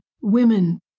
women